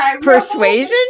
persuasion